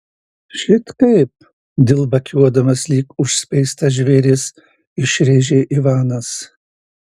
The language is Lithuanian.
šit kaip dilbakiuodamas lyg užspeistas žvėris išrėžė ivanas